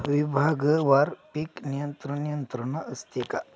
विभागवार पीक नियंत्रण यंत्रणा असते का?